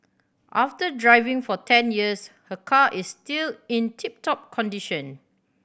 after driving for ten years her car is still in tip top condition